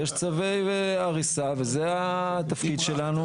ויש צווי הריסה וזה התפקיד שלנו,